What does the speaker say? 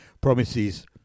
promises